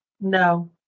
No